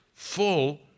full